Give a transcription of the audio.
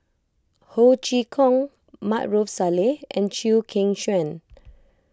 Ho Chee Kong Maarof Salleh and Chew Kheng Chuan